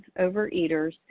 overeaters